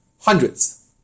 Hundreds